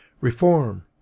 Reform